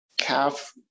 Calf